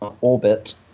Orbit